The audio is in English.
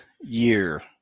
year